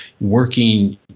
working